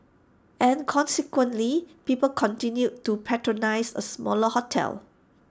and consequently people continued to patronise A smaller hotel